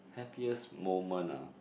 happiest moment ah